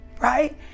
right